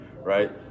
right